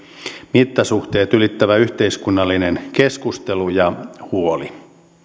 mittasuhteet ylittävä yhteiskunnallinen keskustelu ja huoli